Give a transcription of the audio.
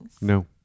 No